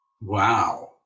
Wow